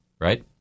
right